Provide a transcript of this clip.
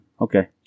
Okay